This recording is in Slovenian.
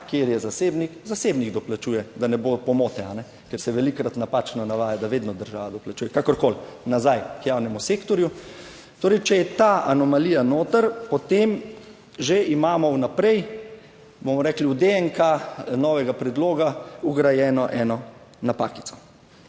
kjer je zasebnik, zasebnik doplačuje, da ne bo pomote, ker se velikokrat napačno navaja, da vedno država doplačuje, kakorkoli, nazaj k javnemu sektorju. Torej, če je ta anomalija noter, potem že imamo vnaprej bomo rekli, v DNK novega predloga vgrajeno eno napakico.